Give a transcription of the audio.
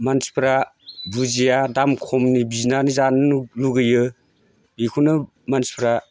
मानसिफ्रा बुजिया दाम खमनि बिनानै जानो लुबैयो बिखौनो मानसिफ्रा